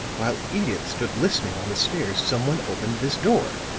while edyth stood listening on the stairs someone opened this door!